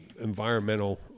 environmental